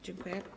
Dziękuję.